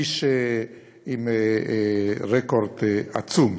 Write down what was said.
איש עם רקורד עצום.